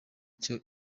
cyo